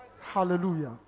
Hallelujah